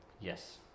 Yes